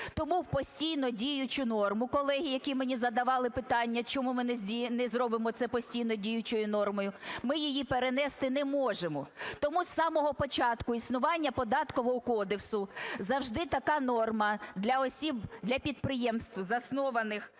Тому в постійно діючу норму, колеги, які мені задавали питання, чому ми не зробимо це постійно діючою нормою, ми її перенести не можемо. Тому з самого початку існування Податкового кодексу завжди така норма для осіб… для підприємств, заснованих